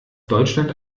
deutschland